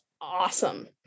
awesome